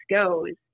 goes